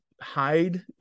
hide